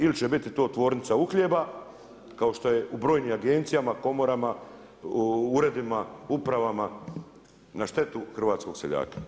Ili će biti to tvornica uhljeba, kao što je u brojnim agencijama, komorama, uredima, upravama na štetu hrvatskog seljaka.